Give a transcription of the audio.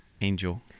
Angel